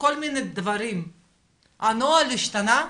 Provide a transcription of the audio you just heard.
הנוהל השתנה,